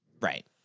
Right